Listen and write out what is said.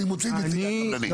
אני מוציא את נציגי הקבלנים.